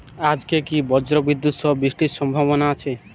আজকে কি ব্রর্জবিদুৎ সহ বৃষ্টির সম্ভাবনা আছে?